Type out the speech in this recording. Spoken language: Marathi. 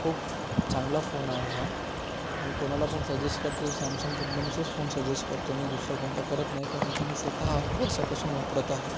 खूप चांगला फोन आहे हा मी कोणालापण सजेस्ट करतो सॅमसंग कंपनीचाच फोन सजेस्ट करतो मी दुसरा कोणता करत नाही कारण की मी स्वतः आठ वर्षांपासून वापरत आहे